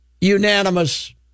unanimous